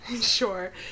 Sure